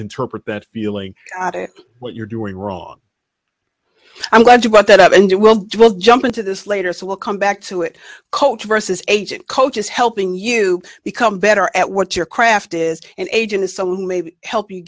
interpret that feeling what you're doing wrong i'm glad you brought that up and well we'll jump into this later so we'll come back to it coach versus agent coach is helping you become better at what your craft is an agent is someone who may help you